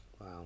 Wow